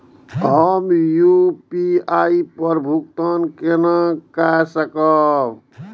हम यू.पी.आई पर भुगतान केना कई सकब?